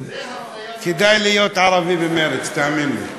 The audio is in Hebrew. כדאי להיות ערבי במרצ, תאמין לי.